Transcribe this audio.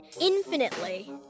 infinitely